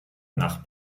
nach